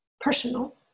personal